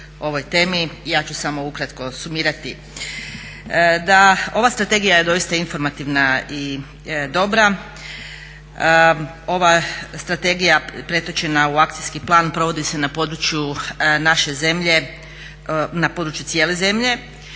ja ću samo ukratko sumirati da ova strategija je doista informativna i dobra, ova strategija pretočena u akcijski plan provodi se na području naše zemlje, na području cijele zemlje.